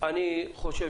אני חושב